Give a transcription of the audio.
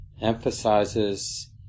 emphasizes